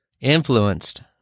Influenced